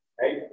right